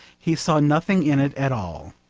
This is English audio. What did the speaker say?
he saw nothing in it at all.